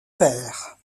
père